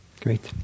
Great